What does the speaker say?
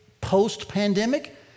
post-pandemic